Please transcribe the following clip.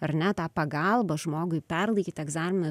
ar ne tą pagalbą žmogui perlaikyt egzaminą